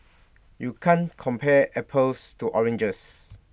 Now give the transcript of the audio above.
you can't compare apples to oranges